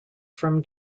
from